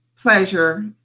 pleasure